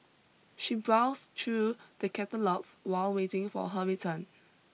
she browsed through the catalogues while waiting for her return